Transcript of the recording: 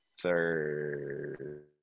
third